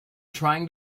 trying